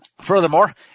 Furthermore